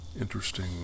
interesting